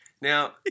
Now